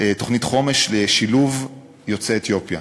תוכנית חומש לשילוב יוצאי אתיופיה.